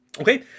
Okay